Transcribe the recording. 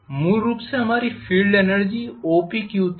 मूल रूप से हमारी फील्ड एनर्जी OPQ थी